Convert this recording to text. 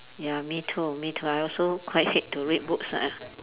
ya me too me too I also quite hate to read books ah